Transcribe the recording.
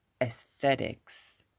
aesthetics